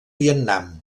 vietnam